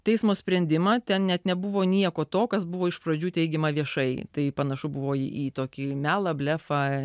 teismo sprendimą ten net nebuvo nieko to kas buvo iš pradžių teigiama viešai tai panašu buvo į tokį melą blefą